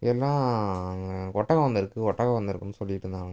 எல்லாம் அங்கே ஒட்டகம் வந்திருக்கு ஒட்டகம் வந்திருக்குன்னு சொல்லிட்டுருந்தானுங்க